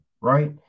right